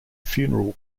funeral